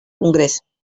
congrés